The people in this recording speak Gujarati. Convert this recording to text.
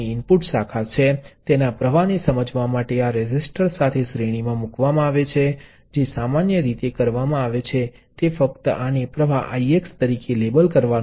તે એક નિયંત્રિત સ્ત્રોત છે જેનું મૂલ્ય સર્કિટમાં અન્ય પ્રવાહ પર આધારિત છે